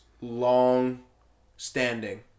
long-standing